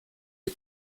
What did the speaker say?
you